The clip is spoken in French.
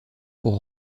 pour